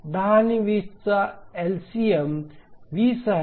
10 आणि 20 चा एलसीएम 20 आहे